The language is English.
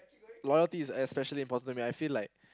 loyalty is especially important to me I feel like